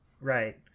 Right